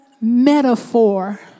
metaphor